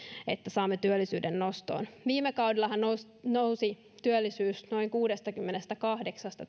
että saamme työllisyyden nostoon viime kaudellahan työllisyys nousi noin kuudestakymmenestäkahdeksasta